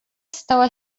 stała